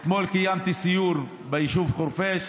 אתמול קיימתי סיור ביישוב חורפיש.